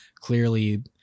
clearly